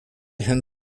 herrn